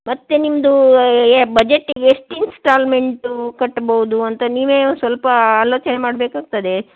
ಮತ್ತೆ ನಿಮ್ಮದೂ ಎ ಬಜೆಟ್ ಎಷ್ಟು ಇನ್ಸ್ಟಾಲ್ಮೆಂಟು ಕಟ್ಬಹುದು ಅಂತ ನೀವೇ ಸ್ವಲ್ಪ ಆಲೋಚನೆ ಮಾಡಬೇಕಾಗ್ತದೆ